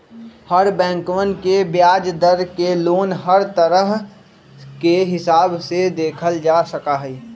हर बैंकवन के ब्याज दर के लोन हर तरह के हिसाब से देखल जा सका हई